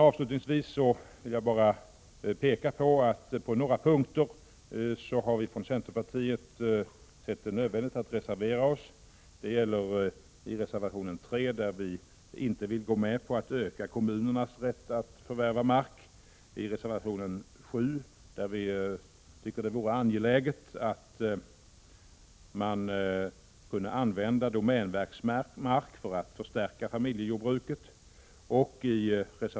Avslutningsvis vill jag peka på några punkter där vi i centerpartiet har sett det nödvändigt att reservera oss. I reservation 3 framför vi att vi inte vill gå med på att öka kommunernas rätt att förvärva mark. I reservation 7 framgår att vi tycker att det vore angeläget att kunna använda domänverkets mark för att förstärka familjejordbruk.